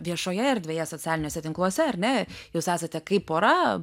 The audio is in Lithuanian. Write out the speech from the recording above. viešoje erdvėje socialiniuose tinkluose ar ne jūs esate kaip pora